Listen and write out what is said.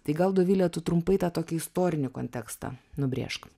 tai gal dovile tu trumpai tą tokį istorinį kontekstą nubrėžk